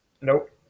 Nope